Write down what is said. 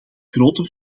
grote